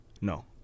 no